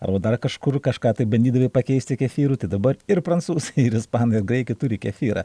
arba dar kažkur kažką tai bandydavai pakeisti kefyru tai dabar ir prancūzai ir ispanai ir graikai turi kefyrą